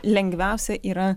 lengviausia yra